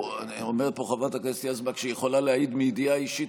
אומרת פה חברת הכנסת יזבק שהיא יכולה להעיד מידיעה אישית,